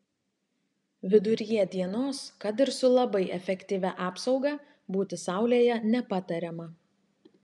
viduryje dienos kad ir su labai efektyvia apsauga būti saulėje nepatariama